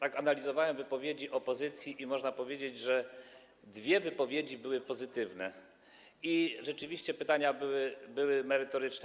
Analizowałem wypowiedzi opozycji i można powiedzieć, że dwie wypowiedzi były pozytywne i rzeczywiście pytania były merytoryczne.